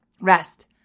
rest